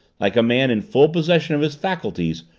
like a man in full possession of his faculties,